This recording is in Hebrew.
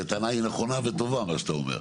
כי הטענה היא נכונה וטובה מה שאתה אומר.